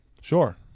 Sure